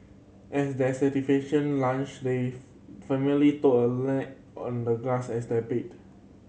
after their satisfying lunch the family took a nap on the grass as their bed